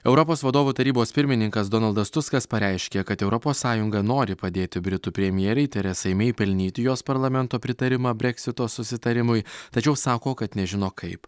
europos vadovų tarybos pirmininkas donaldas tuskas pareiškė kad europos sąjunga nori padėti britų premjerei teresai mei pelnyti jos parlamento pritarimą breksito susitarimui tačiau sako kad nežino kaip